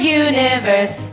universe